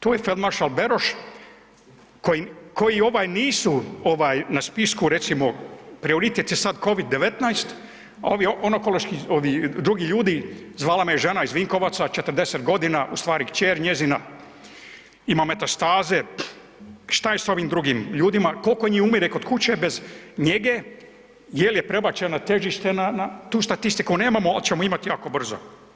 Tu je sad maršal Beroš koji ovaj nisu ovaj na spisku recimo prioritet je sad Covid-19, a ovi onkološki ovi drugi ljudi, zvala me žena iz Vinkovaca 40 godina, ustvari kćer njezina ima metastaze, šta je s ovim drugim ljudima, koliko njih umire kod kuće bez njege, jel je prebačeno težište na, na, tu statistiku nemamo ali ćemo imati jako brzo.